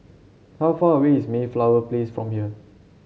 how far away is Mayflower Place from here